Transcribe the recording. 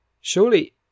Surely